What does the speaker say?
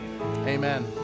Amen